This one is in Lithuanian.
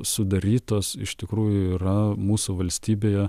sudarytos iš tikrųjų yra mūsų valstybėje